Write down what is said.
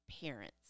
parents